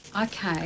Okay